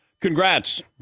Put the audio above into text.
congrats